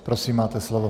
Prosím, máte slovo.